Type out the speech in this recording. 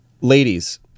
Ladies